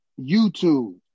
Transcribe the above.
YouTube